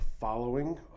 following